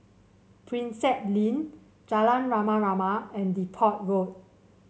Prinsep Link Jalan Rama Rama and Depot Road